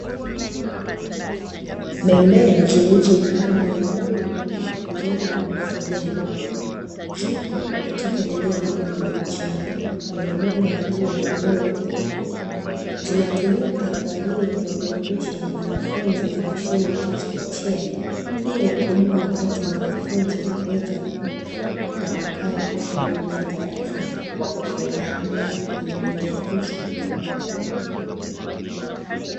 Bembea zilizo na rangi ya bluu, njano na kijani zipo katika eneo lenye mchanga, lina mwanga wa jua ulioweka kivuli. Zinatumiwa kwa ajili ya kuwaburudisha wanafunzi wa shule za chekechea, ili kumpa wakati mwanafunzi wa kuweza kutafakari aliyojifunza darasani kwa kufurahia kwenye bembea hizo.